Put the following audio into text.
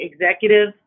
executive